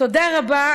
תודה רבה.